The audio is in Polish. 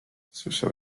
słyszał